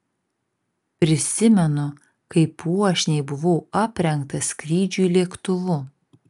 prisimenu kaip puošniai buvau aprengtas skrydžiui lėktuvu